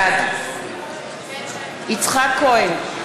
בעד יצחק כהן,